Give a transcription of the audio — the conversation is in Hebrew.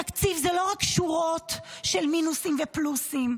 תקציב זה לא רק שורות של מינוסים ופלוסים,